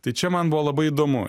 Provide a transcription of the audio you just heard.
tai čia man buvo labai įdomu